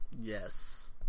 Yes